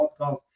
podcast